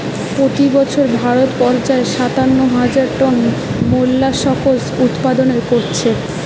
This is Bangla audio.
পোতি বছর ভারত পর্যায়ে সাতান্ন হাজার টন মোল্লাসকস উৎপাদন কোরছে